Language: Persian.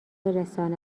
برساند